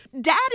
dad